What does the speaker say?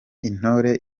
intore